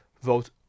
vote